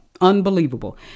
Unbelievable